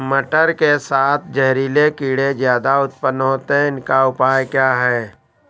मटर के साथ जहरीले कीड़े ज्यादा उत्पन्न होते हैं इनका उपाय क्या है?